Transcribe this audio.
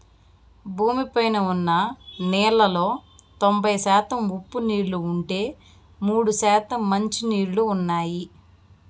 భూమి పైన ఉన్న నీళ్ళలో తొంబై శాతం ఉప్పు నీళ్ళు ఉంటే, మూడు శాతం మంచి నీళ్ళు ఉన్నాయి